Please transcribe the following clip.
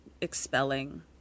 expelling